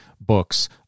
books